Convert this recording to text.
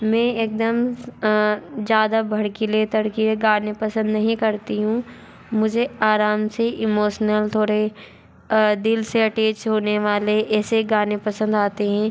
मैं एकदम ज़्यादा भड़कीले तड़कीले गाने पसंद नहीं करती हूँ मुझे आराम से इमोसनल थोड़े दिल से अटेच होने वाले ऐसे गाने पसंद आते हें